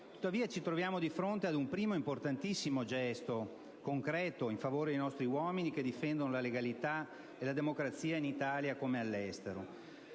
tuttavia, ci troviamo di fronte ad un primo importantissimo gesto concreto in favore dei nostri uomini che difendono la legalità e la democrazia in Italia come all'estero.